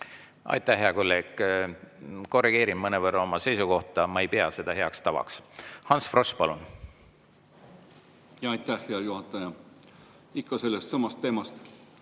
Aitäh, hea kolleeg! Korrigeerin mõnevõrra oma seisukohta: ma ei pea seda heaks tavaks. Ants Frosch, palun! Aitäh, hea juhataja! Ikka sellestsamast teemast,